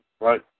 right